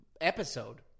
Episode